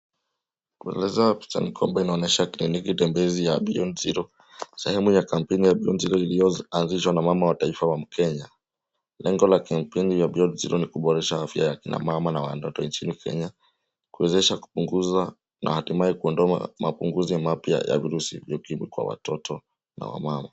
Kueleza picha ni kwamba ina onyesha kitendo ya kitembezi ya Beyond Zero, sehemu kampuni ya Beyond Zero ilio anzishwa na Mama wa kitaifa wa Kenya. Lengo ya Beyond Zero ni kuboresha afya ya wamama na watoto nchini Kenya kuwezesha kupuguza na hatimaye kuondoa mapunguzi mapya ya virusi vya ukimwi kwa watoto na wamama.